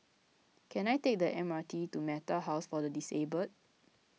can I take the M R T to Metta House for the Disabled